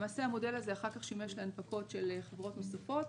למעשה המודל הזה אחר כך שימש להנפקות של חברות נוספות,